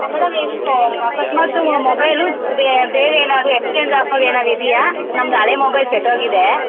madam ಇದು ಅಕಸ್ಮಾತ್ ನಮ್ಮ ಮೊಬೈಲು ಬೇರೆ ಎಲ್ಲಾದ್ರು ಎಕ್ಸ್ಚೇಂಜ್ ಆಫರ್ ಏನಾದರು ಇದೆಯಾ ನಮ್ದು ಹಳೆ ಮೊಬೈಲ್ ಕೆಟ್ಟೋಗಿದೆ